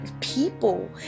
people